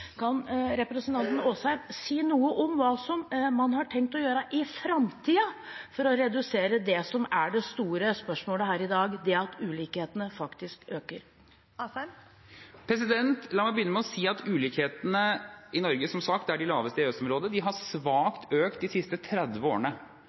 Kan representanten Asheim si noe om hva man har tenkt å gjøre i framtiden for å redusere det som er det store spørsmålet her i dag, at ulikhetene faktisk øker? La meg begynne med å si at ulikhetene i Norge, som sagt, er de laveste i EØS-området. De har